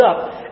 up